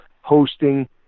hosting